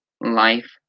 life